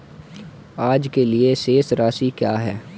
आज के लिए शेष राशि क्या है?